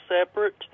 separate